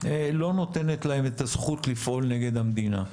לא נותנת להם את הזכות לפעול נגד המדינה,